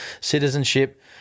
citizenship